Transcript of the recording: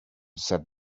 said